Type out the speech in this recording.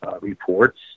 reports